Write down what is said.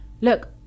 look